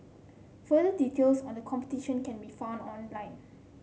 further details on the competition can be found online